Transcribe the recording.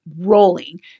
rolling